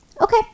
Okay